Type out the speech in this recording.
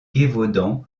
gévaudan